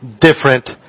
different